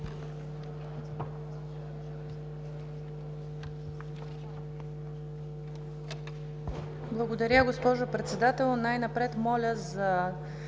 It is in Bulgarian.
Благодаря, госпожо Председател. Най-напред моля за